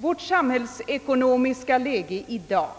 Vårt samhällsekonomiska läge ger i dag